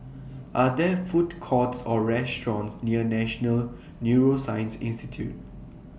Are There Food Courts Or restaurants near National Neuroscience Institute